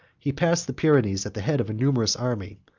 he passed the pyrenees at the head of a numerous army,